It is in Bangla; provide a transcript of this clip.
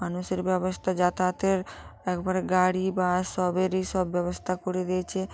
মানুষের ব্যবস্থা যাতায়াতের একবারে গাড়ি বাস সবেরই সব ব্যবস্থা করে দিয়েছে